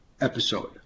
episode